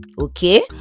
okay